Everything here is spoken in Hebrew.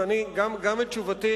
וגם את תשובתי,